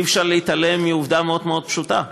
אי-אפשר להתעלם מעובדה מאוד מאוד פשוטה: